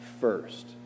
first